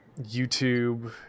YouTube